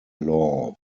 law